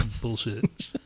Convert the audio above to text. Bullshit